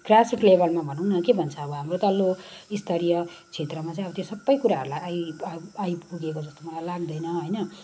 grassroot लेबलमा भनौँ न अब के भन्छ अब हाम्रो तल्लो स्तरीय क्षेत्रमा चाहिँ अब त्यो सबै कुराहरूलाई आइआइपुगेको जस्तो मलाई लाग्दैन होइन